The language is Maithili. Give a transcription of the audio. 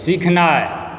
सिखनाइ